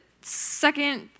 second